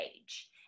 age